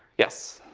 yes.